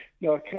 no